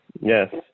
Yes